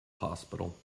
hospital